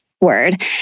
word